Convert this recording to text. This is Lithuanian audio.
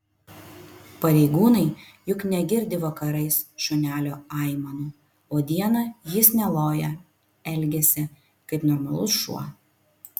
pareigūnai juk negirdi vakarais šunelio aimanų o dieną jis neloja elgiasi kaip normalus šuo